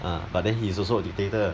ah but then he is also a dictator